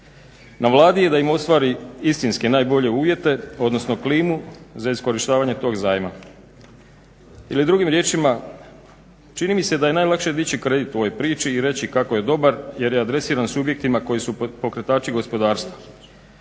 Na Vladi je da im ostvari istinski najbolje uvjete odnosno klimu za iskorištavanje tog zajma ili drugim riječima čini mi se da je najlakše dići kredit u ovoj priči i reći kako je dobar jer je adresiran subjektima koji su pokretači gospodarstva.